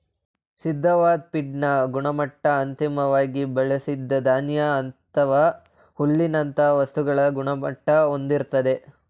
ಸಿದ್ಧವಾದ್ ಫೀಡ್ನ ಗುಣಮಟ್ಟ ಅಂತಿಮ್ವಾಗಿ ಬಳ್ಸಿದ ಧಾನ್ಯ ಅಥವಾ ಹುಲ್ಲಿನಂತ ವಸ್ತುಗಳ ಗುಣಮಟ್ಟ ಹೊಂದಿರ್ತದೆ